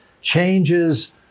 changes